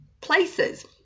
places